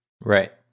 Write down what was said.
right